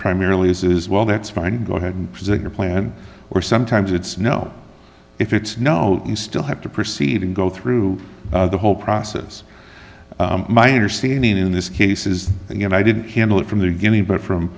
primarily is is well that's fine go ahead and present your plan or sometimes it's no if it's no you still have to proceed and go through the whole process my understanding in this case is you know i didn't handle it from the beginning but from